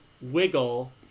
wiggle